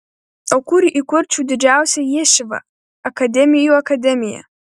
o kur įkurčiau didžiausią ješivą akademijų akademiją